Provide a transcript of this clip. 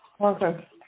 Okay